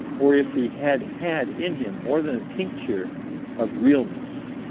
or if he had had in him more than a tincture of realness,